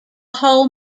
whole